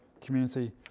community